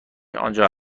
آنجا